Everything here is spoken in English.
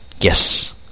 Yes